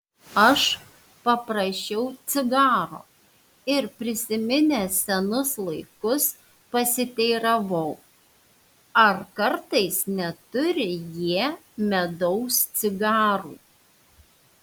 aš paprašiau cigaro ir prisiminęs senus laikus pasiteiravau ar kartais neturi jie medaus cigarų